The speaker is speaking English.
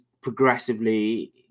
progressively